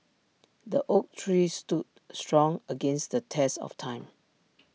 the oak tree stood strong against the test of time